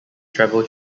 travel